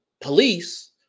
police